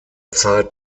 zeit